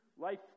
life